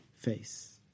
Face